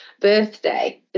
birthday